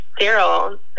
Daryl